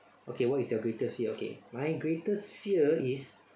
okay what is your greatest fear okay my greatest fear is